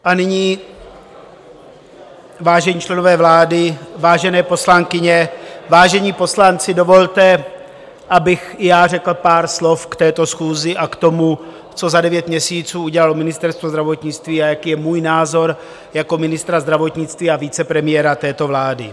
A nyní, vážení členové vlády, vážené poslankyně, vážení poslanci, dovolte, abych i já řekl pár slov k této schůzi a k tomu, co za devět měsíců udělalo Ministerstvo zdravotnictví a jaký je můj názor jako ministra zdravotnictví a vicepremiéra této vlády.